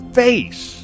face